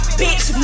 bitch